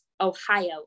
Ohio